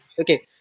okay